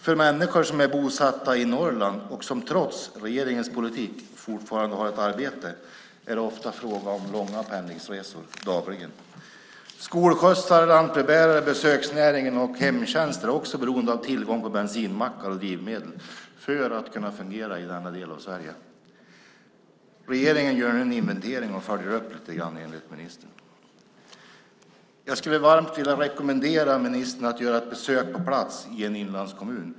För människor som är bosatta i Norrland, och som trots regeringens politik fortfarande har ett arbete, är det ofta fråga om långa pendlingsresor dagligen. Skolskjutsarna, lantbrevbäringen, besöksnäringen och hemtjänsten är också beroende av tillgången på bensinmackar och drivmedel för att kunna fungera i den delen av Sverige. Regeringen gör nu en inventering och följer upp lite grann, enligt ministern. Jag skulle varmt rekommendera ministern att göra ett besök i en inlandskommun.